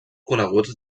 coneguts